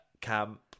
camp